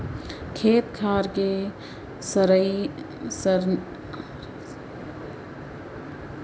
खेत खार के रसइनिक पानी ह पानी ल परदूसित कर देथे